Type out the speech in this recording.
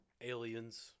aliens